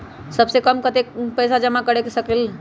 सबसे कम कतेक पैसा जमा कर सकेल?